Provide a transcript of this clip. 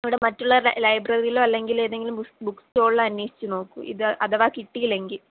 ഇവിടെ മറ്റുള്ളവരുടെ ലൈബ്രറിയിലോ അല്ലെങ്കിൽ ഏതെങ്കിലും ബു ബുക്സ്റ്റാളിലോ അന്വേഷിച്ചു നോക്കൂ ഇത് അഥവാ കിട്ടിയില്ലെങ്കിൽ